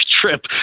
trip